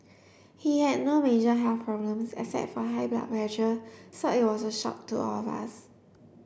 he had no major health problems except for high blood pressure so it was a shock to all of us